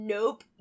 Nope